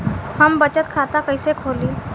हम बचत खाता कइसे खोलीं?